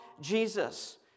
Jesus